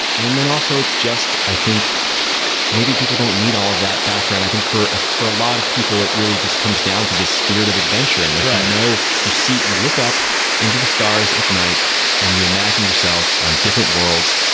and then also it's just i think maybe people don't need all of that background. i think for ah for a lot of people, it really just comes down to this spirit of adventure and you know you look up into the stars at night and you imagine yourself on different worlds,